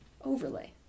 overlay